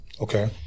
Okay